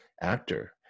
actor